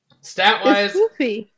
Stat-wise